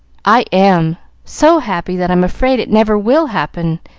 i am so happy that i'm afraid it never will happen.